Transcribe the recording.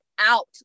out